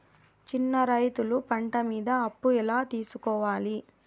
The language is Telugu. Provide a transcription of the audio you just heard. చిన్న రైతులు పంట మీద అప్పు ఎలా తీసుకోవాలి?